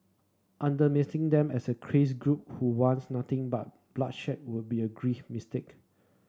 them as a crazed group who wants nothing but bloodshed would be a grave mistake